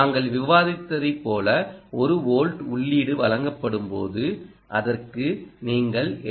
நாங்கள் விவாதித்ததைப் போல 1 வோல்ட் உள்ளீடு வழங்கப்படும்போது அதற்கு நீங்கள் எல்